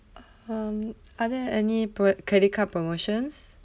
um are there any pro~ credit card promotions